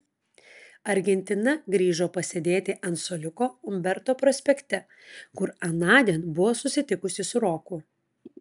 argentina grįžo pasėdėti ant suoliuko umberto prospekte kur anądien buvo susitikusi su roku